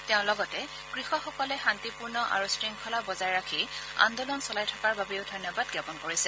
তেওঁ লগতে কৃষকসকলে শান্তিপূৰ্ণভাৱে আৰু শৃংখলা বজাই ৰাখি আন্দোলন চলাই থকাৰ বাবেও ধন্যবাদ জ্ঞাপন কৰিছে